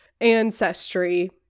ancestry